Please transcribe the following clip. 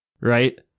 right